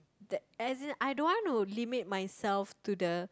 that as in I don't want to limit myself to the